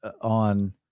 on